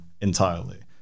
entirely